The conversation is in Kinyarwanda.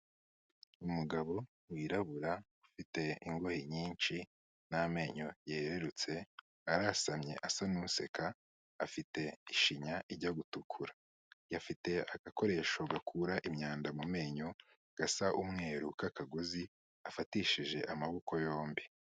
Umugabo wirabura afite ingohe nyinshi n'amenyo yerurutse, arasamye asa n'useka afite ishinya ijya gutukura. Afite agakoresho gakura imyanda mu menyo gasa umweru k'akagozi, afatishije amaboko yombi.